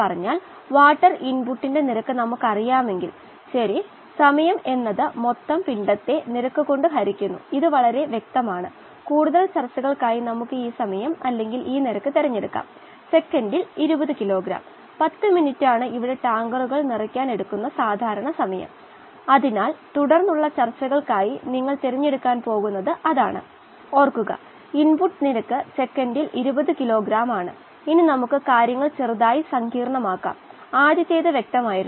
അതിനാൽ ഓക്സിജന്റെ ഇൻപുട്ട് നിരക്ക മൈനസ് ഓക്സിജന്റെ ഔട്ട്പുട്ട് നിരക്ക് പ്ളസ് ഓക്സിജന്റെ ഉൽപ്പാദനം മൈനസ് ഓക്സിജന്റെ ഉപഭോഗം സമം അളവ് എല്ലാ ടേംസും നിശ്ചിത സമയത്തിലുള്ള മാസ്സിലാണ് ഈ പ്രത്യേക സിസ്റ്റം ബ്രോത്ത് മൈനസ് കുമിളകൾ തിരഞ്ഞെടുത്തിരിക്കുന്നു അങ്ങനെ യഥാർത്ഥത്തിൽ ഔട്ട്പുട്ട് നിരക്ക് 0മാകും അത് നമ്മുടെ സമീപനം ഗണ്യമായി ലളിതമാക്കുന്നു